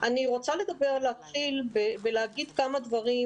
אני רוצה להגיד כמה דברים,